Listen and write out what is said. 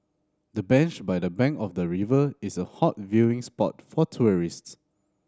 the bench by the bank of the river is a hot viewing spot for tourists